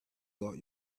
consult